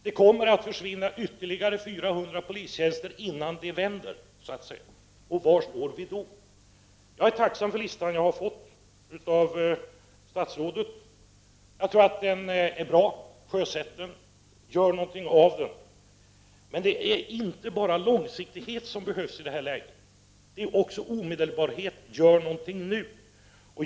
Det kommer att försvinna ytterligare 400 polistjänster innan det så att säga vänder. Var står vi då? Jag är tacksam för den lista över åtgärder som jag har fått av statsrådet. Jag tror att dessa åtgärder är bra. Sjösätt dem, gör någonting av dem! Men det är inte endast långsiktighet som behövs i detta läge: det är också omedelbarhet. Gör någonting nu!